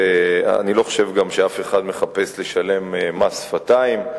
ואני לא חושב גם שמישהו מחפש לשלם מס שפתיים.